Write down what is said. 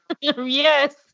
Yes